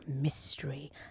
mystery